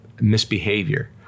misbehavior